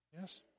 Yes